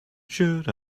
should